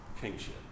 kingship